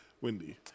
Wendy